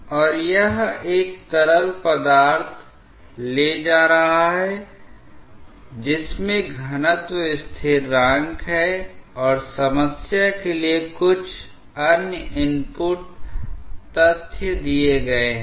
और यह एक तरल पदार्थ ले जा रहा है जिसमें घनत्व स्थिरांक है और समस्या के लिए कुछ अन्य इनपुट तथ्य दिए गए हैं